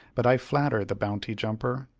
but i flatter the bounty-jumper.